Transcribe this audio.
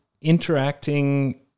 interacting